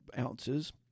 ounces